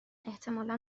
احتمالا